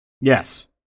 Yes